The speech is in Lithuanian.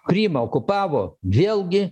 krymą okupavo vėlgi